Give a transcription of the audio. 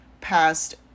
past